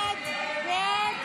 ההסתייגויות